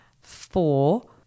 Four